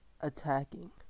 attacking